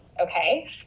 okay